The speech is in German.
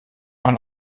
man